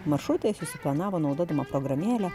maršrutą susiplanavo naudodama programėlę